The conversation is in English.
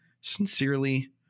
Sincerely